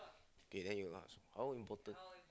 K then you ask how important